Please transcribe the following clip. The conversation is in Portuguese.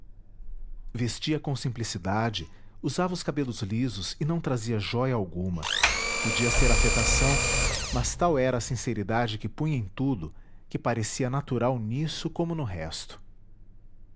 vestia com simplicidade usava os cabelos lisos e não trazia jóia alguma podia ser afetação mas tal era a sinceridade que punha em tudo que parecia natural nisso como no resto